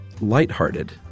Lighthearted